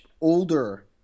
older